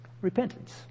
repentance